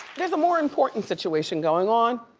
there's a more important situation going on,